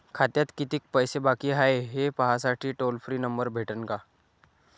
खात्यात कितीकं पैसे बाकी हाय, हे पाहासाठी टोल फ्री नंबर भेटन का?